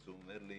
אז הוא אומר לי: